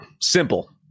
Simple